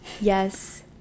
Yes